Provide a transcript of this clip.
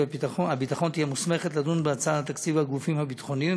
הביטחון תהיה מוסמכת לדון בהצעת תקציב הגופים הביטחוניים